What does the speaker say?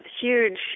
huge